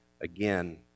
again